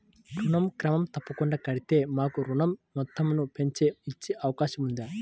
ఋణం క్రమం తప్పకుండా కడితే మాకు ఋణం మొత్తంను పెంచి ఇచ్చే అవకాశం ఉందా?